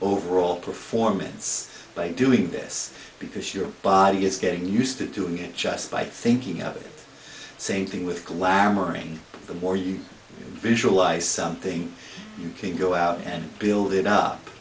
overall performance by doing this because your body is getting used to doing it just by thinking of it same thing with glamour and the more you visualize something you can go out and build it up